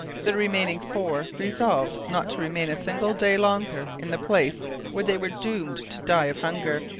the remaining four resolved not to remain a single day longer in the place where they were doomed to die of hunger.